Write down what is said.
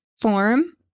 form